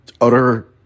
utter